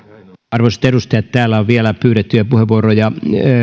arvoisat edustajat täällä on vielä pyydettyjä puheenvuoroja